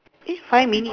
eh five minute